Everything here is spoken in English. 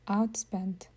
Outspent